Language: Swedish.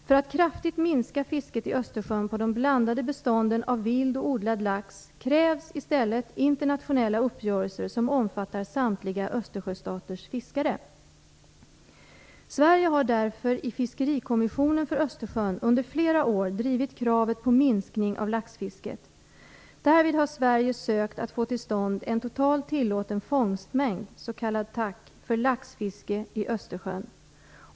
För att kraftigt minska fisket i Östersjön på de blandade bestånden av vild och odlad lax krävs i stället internationella uppgörelser som omfattar samtliga Östersjöstaters fiskare. Sverige har därför i Fiskerikommissionen för Östersjön under flera år drivit kravet på minskning av laxfisket. Därvid har Sverige sökt att få till stånd en total tillåten fångstmängd, s.k. TAC, för laxfiske i Östersjön.